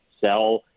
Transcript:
sell